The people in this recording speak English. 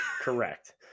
Correct